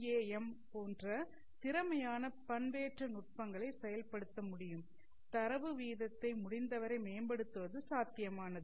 M போன்ற திறமையான பண்பேற்ற நுட்பங்களை செயல்படுத்த முடியும் தரவு வீதத்தை முடிந்தவரை மேம்படுத்துவது சாத்தியமானது